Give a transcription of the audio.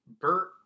Bert